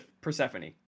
Persephone